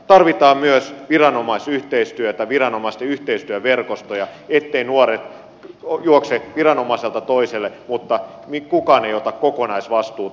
tarvitaan myös viranomaisyhteistyötä viranomaisten yhteistyöverkostoja etteivät nuoret juokse viranomaiselta toiselle mutta kukaan ei ota kokonaisvastuuta